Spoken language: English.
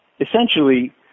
essentially